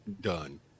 done